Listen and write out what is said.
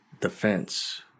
defense